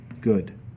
good